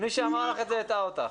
מי שאמר לך את זה הטעה אותך.